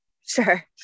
Sure